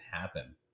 happen